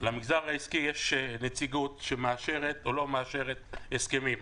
למגזר העסקי יש נציגות שמאשרת או לא מאשרת הסכמים.